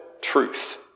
truth